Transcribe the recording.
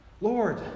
Lord